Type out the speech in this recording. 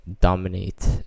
dominate